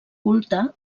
culte